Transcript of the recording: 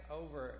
over